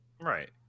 Right